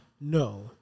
No